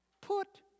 Put